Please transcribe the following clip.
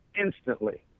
instantly